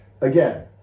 again